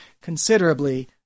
considerably